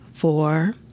four